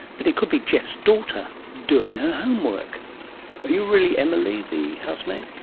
but it could be geoff's daughter doing her homework. are you really emily, the housemaid?